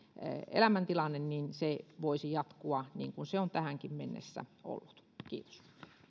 elämäntilanne voisi jatkua sellaisena kuin se on tähänkin mennessä ollut kiitos